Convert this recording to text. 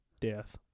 Death